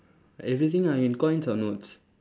everything are in coins or notes